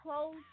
close